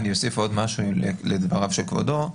אני אוסיף עוד משהו לדבריו של כבודו.